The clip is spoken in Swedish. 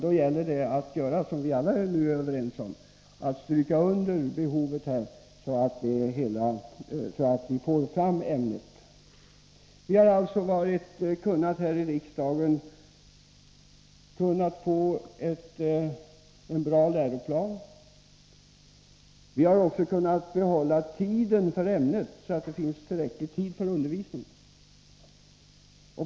Då gäller det att göra så som vi alla är överens om och understryka behovet av fortbildning, så att vi får fram ämnet. Vi har alltså här i riksdagen kunnat få fram en bra läroplan. Vi har också kunnat behålla timantalet för ämnet, så att det finns tillräcklig tid för undervisning.